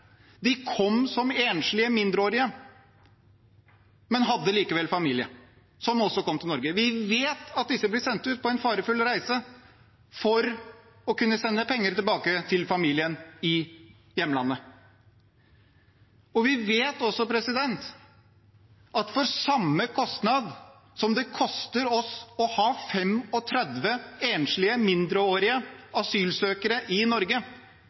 De kom som enslige mindreårige, men hadde likevel familie som også kom til Norge. Vi vet at disse ble sendt ut på en farefull reise for å kunne sende penger tilbake til familien i hjemlandet. Vi vet også at for samme kostnad som det koster oss å ha 35 enslige mindreårige asylsøkere i Norge,